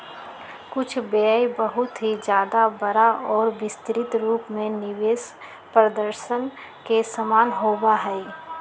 कुछ व्यय बहुत ही ज्यादा बड़ा और विस्तृत रूप में निवेश प्रदर्शन के समान होबा हई